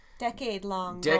Decade-long